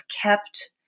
kept